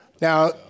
Now